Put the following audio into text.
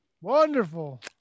Wonderful